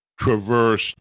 traverse